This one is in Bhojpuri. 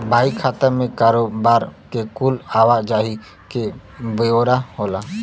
बही खाता मे कारोबार के कुल आवा जाही के ब्योरा होला